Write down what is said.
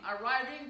arriving